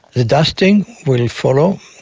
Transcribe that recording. the dusting will follow,